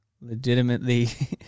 legitimately